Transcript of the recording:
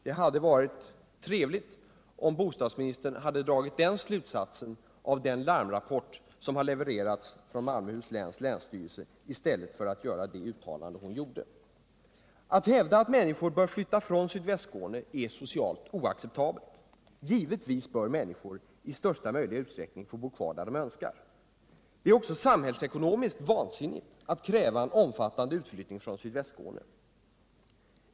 Det hade varit trevligt om bostadsministern hade dragit den slutsatsen av den larmrapport som levererats från Malmöhus läns länsstyrelse i stället för att göra det uttalande hon gjorde. Att hävda att människor bör flytta från Sydvästskåne är socialt oacceptabelt. Givetvis bör människor i största möjliga utsträckning få bo där de önskar. Det är också samhällsekonomiskt vansinnigt att kräva en omfattande utflyttning från Sydvästskåne.